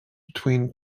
between